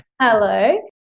Hello